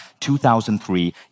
2003